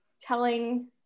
telling